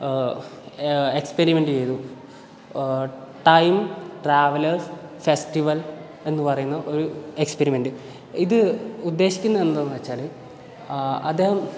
experiment ചെയ്തു time travellers festival എന്ന് പറയുന്ന ഒരു എക്സ്പിരിമെന്റ് ഇത് ഉദ്ദേശിക്കുന്നത് എന്താണെന്ന് വച്ചാൽ അദ്ദേഹം